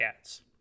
ads